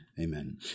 Amen